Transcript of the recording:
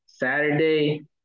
Saturday